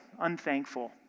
unthankful